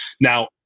Now